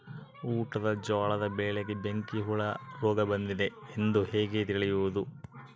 ಊಟದ ಜೋಳದ ಬೆಳೆಗೆ ಬೆಂಕಿ ಹುಳ ರೋಗ ಬಂದಿದೆ ಎಂದು ಹೇಗೆ ತಿಳಿಯುವುದು?